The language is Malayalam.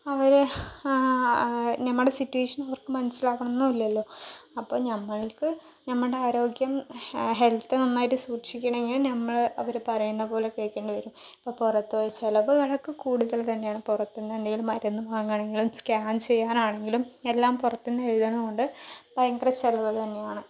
അവർ നമ്മുടെ സിറ്റുവേഷൻ അവർക്ക് മനസ്സിലാകണമെന്നില്ലല്ലോ അപ്പോൾ നമ്മൾക്ക് നമ്മുടെ ആരോഗ്യം ഹെൽത്ത് നന്നായിട്ട് സൂക്ഷിക്കണം എങ്കിൽ നമ്മൾ അവർ പറയുന്നതു പോലെ കേൾക്കേണ്ടിവരും ഇപ്പോൾ പുറത്തുപോയി ചിലവുകളൊക്കെ കൂടുതൽ തന്നെയാണ് പുറത്തു നിന്നെന്തെങ്കിലും മരുന്നു വാങ്ങണമെങ്കിലും സ്കാൻ ചെയ്യാനാണെങ്കിലും എല്ലാം പുറത്തു നിന്ന് എഴുതുന്നതു കൊണ്ട് ഭയങ്കര ചിലവുകൾ തന്നെയാണ്